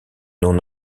non